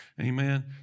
amen